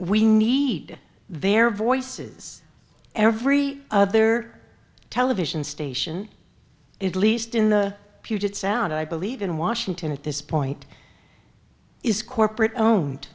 we need their voices every other television station it least in the puget sound i believe in washington at this point is corporate owned